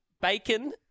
bacon